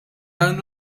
dan